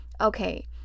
okay